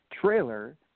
trailer